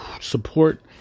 support